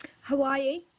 Hawaii